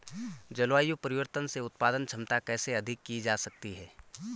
जलवायु परिवर्तन से उत्पादन क्षमता कैसे अधिक की जा सकती है?